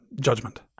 Judgment